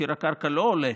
מחיר הקרקע לא עולה